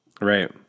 right